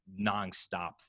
nonstop